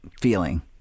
Feeling